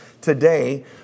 today